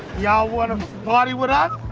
y'all wanna party what up